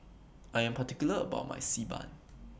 I Am particular about My Xi Ban